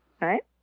Right